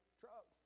truck